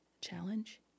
challenge